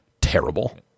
terrible